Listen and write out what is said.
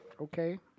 Okay